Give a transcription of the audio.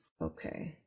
okay